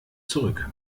zurück